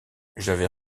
j’avais